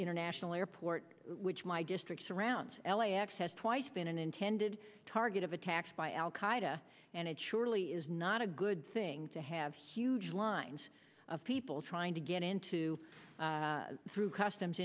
international airport which my district surrounds l a x has twice been an intended target of attacks by al qaida and it surely is not a good thing to have huge lines of people trying to get into through customs